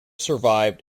survived